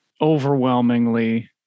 Overwhelmingly